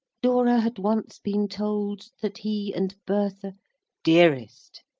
dora had once been told that he and bertha dearest,